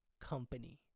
company